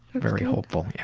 very hopeful. yeah